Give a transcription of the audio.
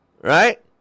right